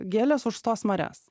gėlės užstos marias